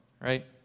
right